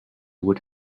would